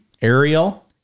Ariel